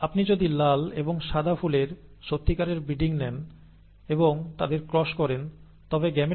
আপনি যদি লাল এবং সাদা ফুলের সত্যিকারের ব্রীডিং নেন এবং তাদের ক্রস করেন তবে গেমেটগুলি R এবং W হবে